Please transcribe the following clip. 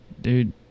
dude